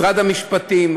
משרד המשפטים,